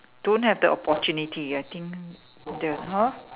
don't have the opportunity I think the !huh!